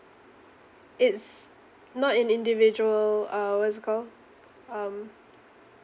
it's not an individual uh what is it called um